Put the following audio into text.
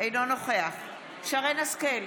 אינו נוכח שרן מרים השכל,